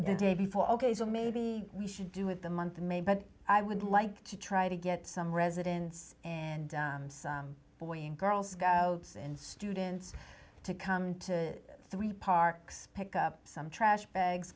the day before ok so maybe we should do it the month of may but i would like to try to get some residence and boy and girl scouts and students to come to three parks pick up some trash bags